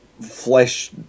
flesh